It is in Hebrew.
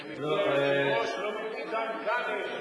זה מפי היושב-ראש, לא מפי דן כנר.